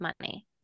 money